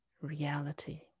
reality